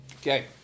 Okay